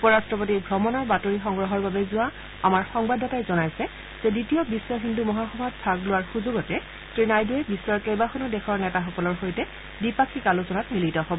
উপ ৰট্টপতিৰ ভ্ৰমণৰ বাতৰি সংগ্ৰহৰ বাবে যোৱা আমাৰ সংবাদদাতাই জনাইছে যে দ্বিতীয় বিশ্ব হিন্দু মহাসভাত ভাগ লোৱাৰ সুযোগতে শ্ৰী নাইডুৱে বিশ্বৰ কেইবাখনো দেশৰ নেতাসকলৰ সৈতে দ্বিপাক্ষিক আলোচনাত মিলিত হব